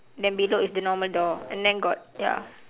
then below is the normal door and then got ya